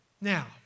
Now